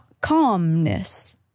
calmness